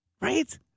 Right